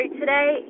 today